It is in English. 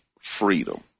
freedom